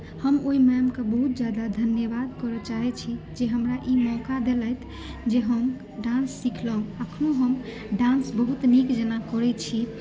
हम ओहि मैमकेँ बहुत ज्यादा धन्यवाद करय चाहैत छी जे हमरा ई मौका देलथि जे हम डान्स सिखलहुँ अखनो हम डान्स बहुत नीक जेना करैत छी